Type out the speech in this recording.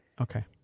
Okay